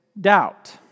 doubt